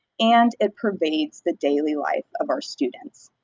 and, it pervades the daily life of our students.